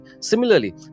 Similarly